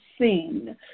seen